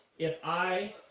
if i